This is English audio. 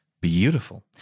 beautiful